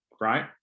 right